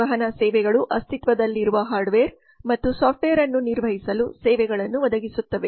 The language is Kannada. ನಿರ್ವಹಣಾ ಸೇವೆಗಳು ಅಸ್ತಿತ್ವದಲ್ಲಿರುವ ಹಾರ್ಡ್ವೇರ್ ಮತ್ತು ಸಾಫ್ಟ್ವೇರ್ ಅನ್ನು ನಿರ್ವಹಿಸಲು ಸೇವೆಗಳನ್ನು ಒದಗಿಸುತ್ತವೆ